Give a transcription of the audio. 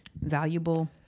valuable